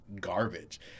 garbage